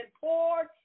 poured